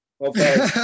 Okay